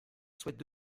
souhaite